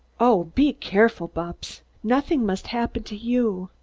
oh, be careful, bupps! nothing must happen to you!